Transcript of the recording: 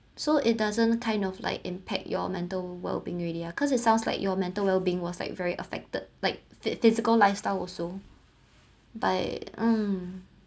so it doesn't kind of like impact your mental well being already ah cause it sounds like your mental well being was like very affected like phy~ physical lifestyle also by um